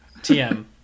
TM